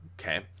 Okay